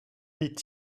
est